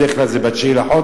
בדרך כלל זה ב-9 בחודש.